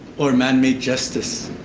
or manmade justice,